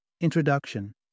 Introduction